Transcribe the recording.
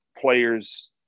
players